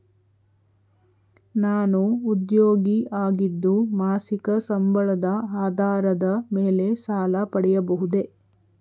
ನಾನು ಉದ್ಯೋಗಿ ಆಗಿದ್ದು ಮಾಸಿಕ ಸಂಬಳದ ಆಧಾರದ ಮೇಲೆ ಸಾಲ ಪಡೆಯಬಹುದೇ?